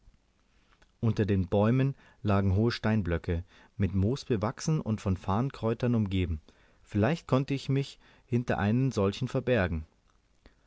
unter den bäumen lagen hohe steinblöcke mit moos bewachsen und von farnkräutern umgeben vielleicht konnte ich mich hinter einen solchen verbergen